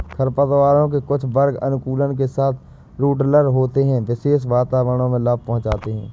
खरपतवारों के कुछ वर्ग अनुकूलन के साथ रूडरल होते है, विशेष वातावरणों में लाभ पहुंचाते हैं